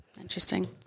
Interesting